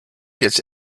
gets